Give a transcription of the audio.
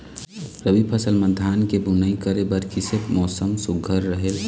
रबी फसल म धान के बुनई करे बर किसे मौसम सुघ्घर रहेल?